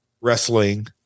wrestling